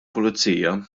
pulizija